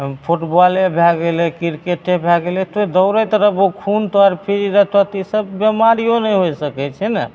हँ फुटबॉले भै गेलै किरकेटे भै गेलै से दौड़ैत रहबो खून तोहर फ्री रहतऽ तऽ ईसब बेमारिओ नहि होइ सकै छै ने